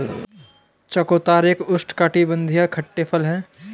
चकोतरा एक उष्णकटिबंधीय खट्टे फल है